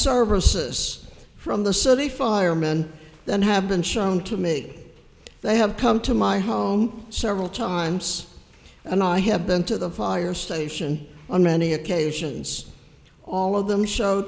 services from the city firemen than have been shown to me they have come to my home several times and i have been to the fire station on many occasions all of them show